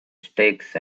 sticks